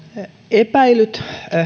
epäilyt